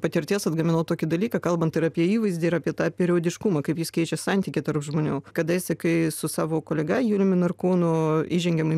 patirties atgaminau tokį dalyką kalbant ir apie įvaizdį ir apie tą periodiškumą kaip jis keičia santykį tarp žmonių kadaise kai su savo kolega juliumi narkūnu įžengėm į